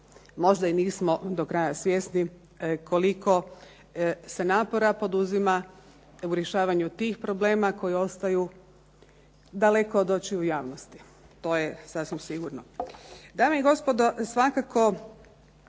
možda i nismo do kraja svjesni koliko se napora poduzima u rješavanju tih problema koji ostaju daleko od očiju javnosti. To je sasvim sigurno.